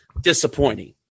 disappointing